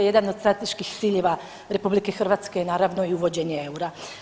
Jedan od strateških ciljeva RH je, naravno, uvođenje eura.